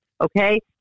Okay